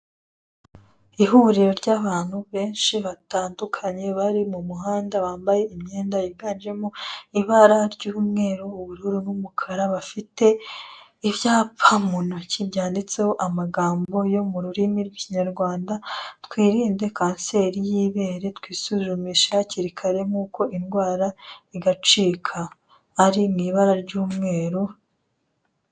Ihuriro ry'abantu benshi batandukanye bari mu muhanda bambaye imyenda yiganjemo ibara ry'umweru, ubururu n'umukara, bafite ibyapa mu ntoki byanditseho amagambo yo mu rurimi rw'ikinyarwanda, twirinde kanseri y'ibere, twisuzumishe hakiri kare nkuko indwara igacika. Ari mu ibara ry'umweru,...